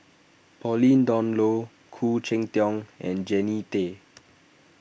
Pauline Dawn Loh Khoo Cheng Tiong and Jannie Tay